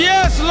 Yes